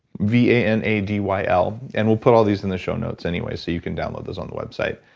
v a n a d y l. and we'll put all these in the show notes anyway, so you can download those on the website.